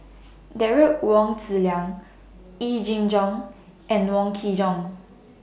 Derek Wong Zi Liang Yee Jenn Jong and Wong Kin Jong